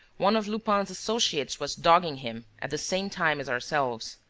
one of lupin's associates was dogging him at the same time as ourselves.